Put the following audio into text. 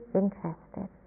interested